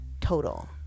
total